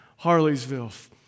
Harleysville